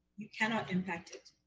you cannot impact it.